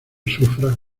sufra